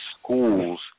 schools